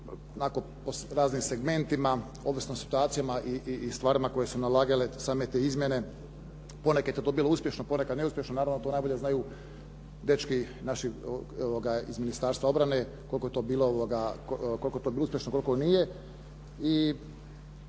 po raznim segmentima, ovisno o situacijama i stvarima koje su nalagale same te izmjene. Ponekada je to bilo uspješno, ponekad neuspješno. Naravno to najbolje znaju dečki naši iz Ministarstva obrane koliko je to bilo uspješno, koliko nije.